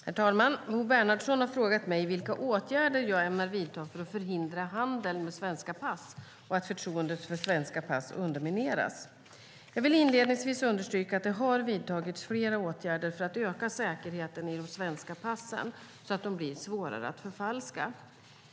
Herr talman! Bo Bernhardsson har frågat mig vilka åtgärder jag ämnar vidta för att förhindra handeln med svenska pass och att förtroendet för svenska pass undermineras. Jag vill inledningsvis understryka att det har vidtagits flera åtgärder för att öka säkerheten i de svenska passen så att de blir svårare att förfalska.